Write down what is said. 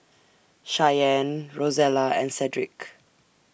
Shyanne Rosella and Sedrick